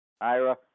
Ira